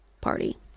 party